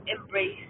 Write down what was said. embrace